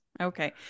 Okay